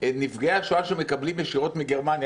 נפגעי השואה שמקבלים ישירות מגרמניה